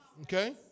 okay